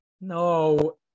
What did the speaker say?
No